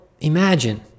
imagine